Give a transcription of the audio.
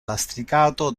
lastricato